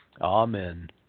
Amen